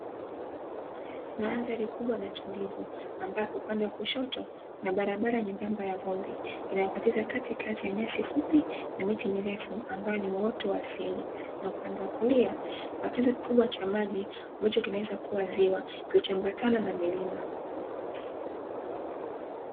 Mandhari kubwa na tulivu ambapo upande wa kushoto, kuna barabara nyembamba ya vumbi inayokatiza katikati ya nyasi fupi na miti mirefu ambayo ni uoto wa asili, na upande wa kulia, kuna chanzo kikubwa cha maji ambacho kinaweza kuwa ziwa, kilichoambatana na milima.